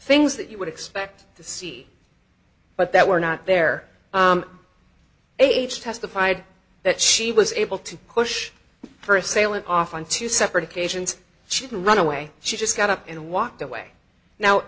things that you would expect to see but that were not their age testified that she was able to push for assailant off on two separate occasions she didn't run away she just got up and walked away now